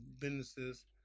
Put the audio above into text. businesses